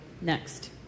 next